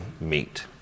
meet